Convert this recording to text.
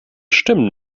stimmen